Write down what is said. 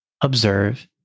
observe